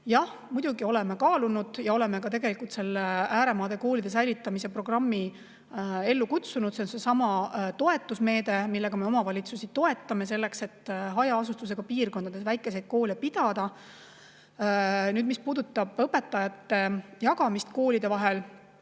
Jah, muidugi oleme kaalunud ja oleme ka ääremaade koolide säilitamise programmi ellu kutsunud. See on seesama toetusmeede, millega me omavalitsusi toetame, selleks et hajaasustusega piirkondades saaks väikseid koole pidada. Mis puudutab õpetajate jagamist koolide vahel